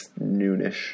noonish